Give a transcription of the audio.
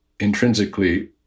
Intrinsically